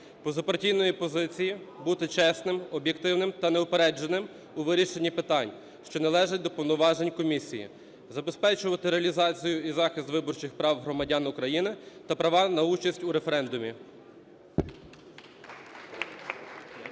позапартійної позиції, бути чесним, об'єктивним та неупередженим у вирішенні питань, що належать до повноважень Комісії, забезпечувати реалізацію і захист виборчих прав громадян України та права на участь у референдумі.